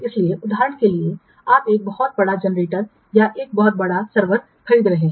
इसलिए उदाहरण के लिए आप एक बहुत बड़ा जनरेटर या एक बहुत बड़ा सर्वर खरीद रहे हैं